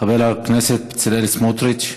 חבר הכנסת בצלאל סמוטריץ.